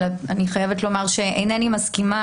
אבל אני חייבת לומר שאינני מסכימה